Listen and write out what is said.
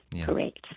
Correct